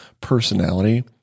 personality